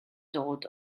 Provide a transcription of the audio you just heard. dod